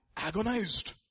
Agonized